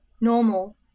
normal